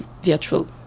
virtual